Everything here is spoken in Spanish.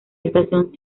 estación